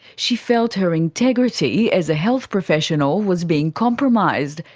she felt her integrity as a health professional was being compromised,